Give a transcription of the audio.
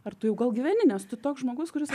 ar tu jau gal gyveni nesu toks žmogus kuris